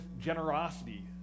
generosity